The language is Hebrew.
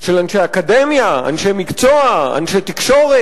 של אנשי אקדמיה, אנשי מקצוע, אנשי תקשורת.